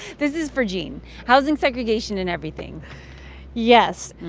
this is for gene housing segregation in everything yes,